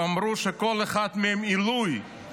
אמרו שכל אחד מהם עילוי,